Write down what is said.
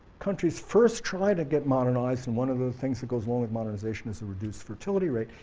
countries first try to get modernized and one of the things that goes along with modernization is a reduced fertility rate.